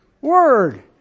word